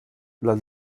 las